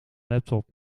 laptop